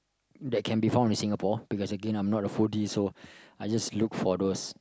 that can be found in Singapore because Again I'm not a foodie so I just look for those